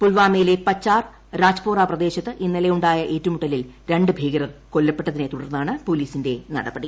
പുൽവാമയിലെ പച്ചാർ രാജ്പോറ പ്രദേശത്ത് ഇന്നലെയുണ്ടായ ഏറ്റുമുട്ടലിൽ രണ്ട് ഭീകരർ കൊല്ലപ്പെട്ടതിനെ തുടർന്നാണ് പോലീസിന്റെ നടപടി